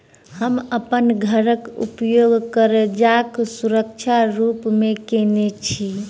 हम अप्पन घरक उपयोग करजाक सुरक्षा रूप मेँ केने छी